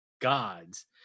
gods